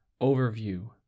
Overview